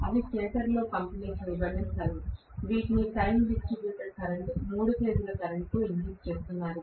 అవి స్టేటర్లో పంపిణీ చేయబడిన స్థలం వీటిని టైమ్ డిస్ట్రిబ్యూటెడ్ కరెంట్ మూడు ఫేజ్ ల కరెంట్తో ఇంజెక్ట్ చేస్తున్నారు